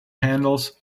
handles